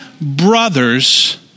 brothers